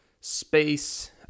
space